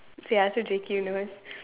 ya so J_Q knows